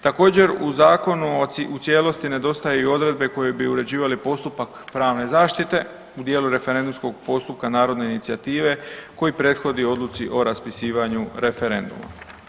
Također u zakonu u cijelosti nedostaju i odredbe koje bi uređivale postupak pravne zaštite u dijelu referendumskog postupka narodne inicijative koji prethodi odluci o raspisivanju referenduma.